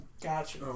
Gotcha